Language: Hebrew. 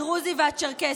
הדרוזי והצ'רקסי.